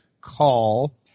call